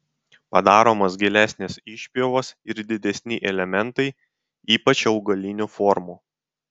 padaromos gilesnės išpjovos ir didesni elementai ypač augalinių formų